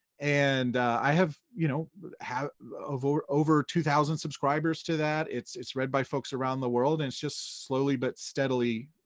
and i have you know but have over over two thousand subscribers to that, that, it's read by folks around the world, it's just slowly but steadily